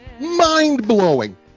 mind-blowing